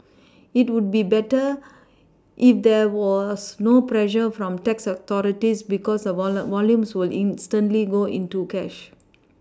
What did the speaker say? it would be better if there was no pressure from tax authorities because a volumes will instantly go into cash